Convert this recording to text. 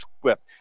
Swift